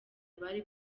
abari